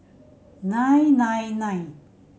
nine nine nine